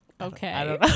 okay